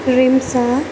رمسا